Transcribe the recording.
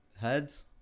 Heads